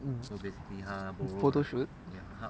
photo shoot